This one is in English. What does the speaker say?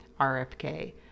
RFK